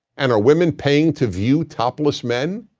and are women paying to view topless men?